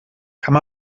kann